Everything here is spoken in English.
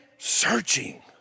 Searching